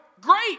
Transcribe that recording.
Great